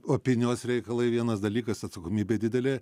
opinijos reikalai vienas dalykas atsakomybė didelė